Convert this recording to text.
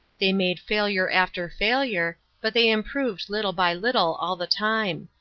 they made failure after failure, but they improved little by little all the time.